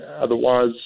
otherwise